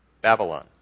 Babylon